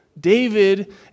David